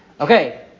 Okay